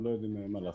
הם לא יודעים מה לעשות.